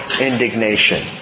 indignation